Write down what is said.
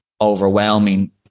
overwhelming